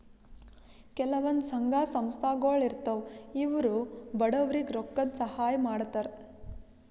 ಕೆಲವಂದ್ ಸಂಘ ಸಂಸ್ಥಾಗೊಳ್ ಇರ್ತವ್ ಇವ್ರು ಬಡವ್ರಿಗ್ ರೊಕ್ಕದ್ ಸಹಾಯ್ ಮಾಡ್ತರ್